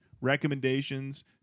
recommendations